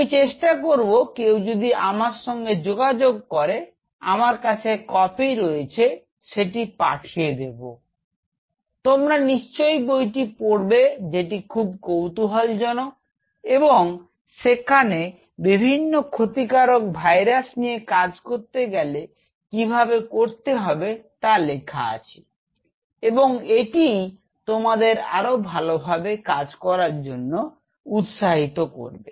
আমি চেষ্টা করব কেউ যদি আমার সঙ্গে যোগাযোগ করে আমার কাছে কপি রয়েছে সেটি পাঠিয়ে দেব তোমরা নিশ্চয়ই বইটি পড়বে যেটি খুবই কৌতুহলজনক এবং যেখানে বিভিন্ন ক্ষতিকারক ভাইরাস নিয়ে কাজ করতে গেলে কিভাবে করতে হবে তা লেখা আছে এবং এটিই তোমাদের আরও ভালোভাবে কাজ করার জন্য উৎসাহিত করবে